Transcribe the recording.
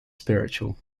spiritual